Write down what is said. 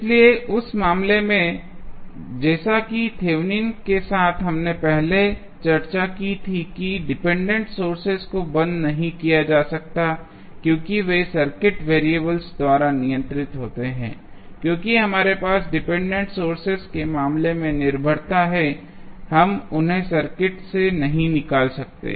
इसलिए उस मामले में जैसा कि थेवेनिन के साथ हमने पहले चर्चा की थी कि डिपेंडेंट सोर्सेज को बंद नहीं किया जा सकता है क्योंकि वे सर्किट वेरिएबल्स द्वारा नियंत्रित होते हैं क्योंकि हमारे पास डिपेंडेंट सोर्सेज के मामले में निर्भरता है हम उन्हें सर्किट से नहीं निकाल सकते हैं